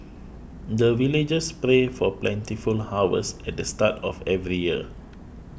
the villagers pray for plentiful harvest at the start of every year